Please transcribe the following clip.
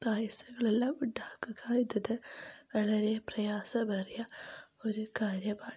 പായസങ്ങളെല്ലാം ഉണ്ടാക്കുക എന്നത് തന്നെ വളരെ പ്രയാസമേറിയ ഒരു കാര്യമാണ്